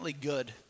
good